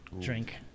drink